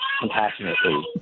compassionately